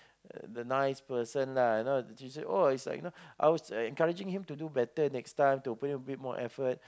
the nice person lah you know the teacher oh it's like you know I was like encouraging him to do better next time to put in a bit more effort